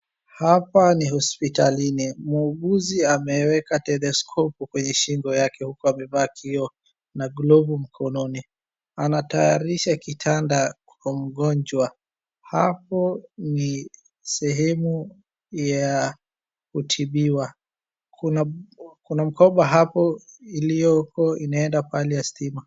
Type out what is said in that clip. Hapa ni hospitalini, muuguzi ameweka stetheskopu kwenye shingo yake huku amevaa kioo na glovu mkononi. Anatayarisha kitanda kwa mgonjwa. Hapo ni sehemu ya kutibiwa, kuna kuna mkoba hapo iliyopo inaenda pahali ya stima.